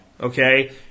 okay